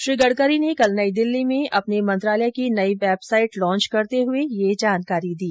श्री गडकरी ने कल नई दिल्ली में अपने मंत्रालय की नई वेबसाइट लांच करते हये यह जानकारी दी